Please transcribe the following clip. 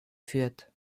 führt